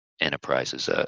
enterprises